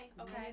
Okay